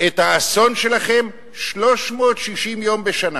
את האסון שלכם 360 יום בשנה,